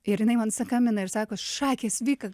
ir jinai man sakambina ir sako šakės vykad